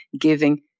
giving